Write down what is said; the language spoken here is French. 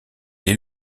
est